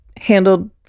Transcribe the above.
handled